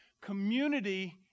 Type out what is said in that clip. Community